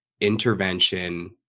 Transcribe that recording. intervention